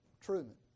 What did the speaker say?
Truman